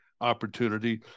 opportunity